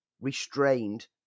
restrained